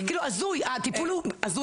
הטיפול הוא הזוי.